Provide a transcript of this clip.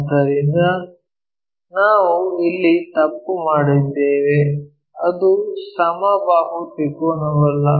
ಆದ್ದರಿಂದ ನಾವು ಇಲ್ಲಿ ತಪ್ಪು ಮಾಡಿದ್ದೇವೆ ಅದು ಸಮಬಾಹು ತ್ರಿಕೋನವಲ್ಲ